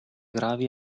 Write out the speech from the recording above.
gravi